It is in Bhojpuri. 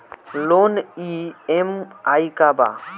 लोन ई.एम.आई का बा?